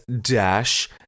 dash